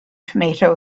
tomato